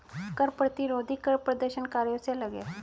कर प्रतिरोधी कर प्रदर्शनकारियों से अलग हैं